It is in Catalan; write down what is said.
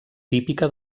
típica